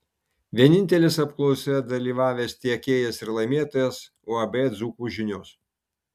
vienintelis apklausoje dalyvavęs tiekėjas ir laimėtojas uab dzūkų žinios